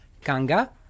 Kanga